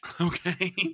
okay